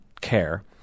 care